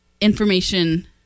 information